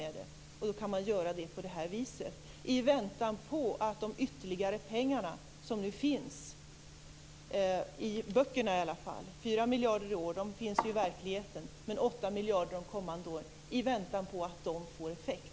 Det kan då göras på detta sätt i väntan på att de ytterligare pengarna som finns - i varje fall i böckerna, 4 miljarder i år och 8 miljarder kommande år - får effekt.